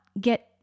get